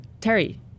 Terry